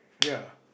ya